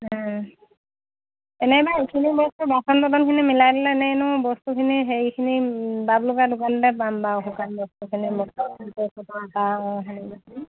এনেইবা এইখিনি বস্তু বাচন বৰ্তনখিনি মিলাই দিলে এনেইনো বস্তুখিনি হেৰিখিনি বাবলোকা দোকানতে পাম বাৰু শুকান বস্তুখিনি